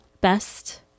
best